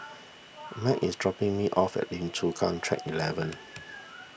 Meg is dropping me off at Lim Chu Kang Track eleven